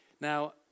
Now